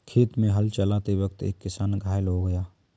खेत में हल चलाते वक्त एक किसान घायल हो गया